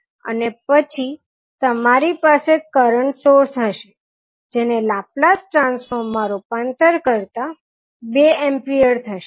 અને પછી તમારી પાસે કરંટ સોર્સ હશે જેને લાપ્લાસ ટ્રાન્સફોર્મ માં રૂપાંતર કરતાં 2 એમ્પિયર થશે